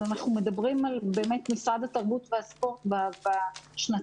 אז באמת משרד התרבות והספורט בשנתיים